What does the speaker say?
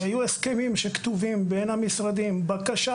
היו הסכמים שכתובים בין המשרדים; בקשה